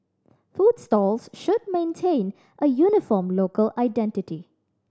food stalls should maintain a uniform local identity